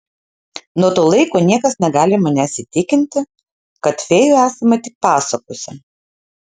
nuo to laiko niekas negali manęs įtikinti kad fėjų esama tik pasakose